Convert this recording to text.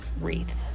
wreath